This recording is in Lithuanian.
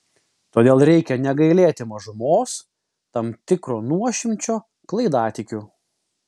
todėl reikia negailėti mažumos tam tikro nuošimčio klaidatikių